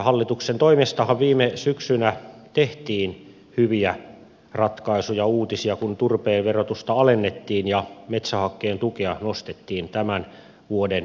hallituksen toimestahan viime syksynä tehtiin hyviä ratkaisuja uutisia kun turpeen verotusta alennettiin ja metsähakkeen tukea nostettiin tämän vuoden alusta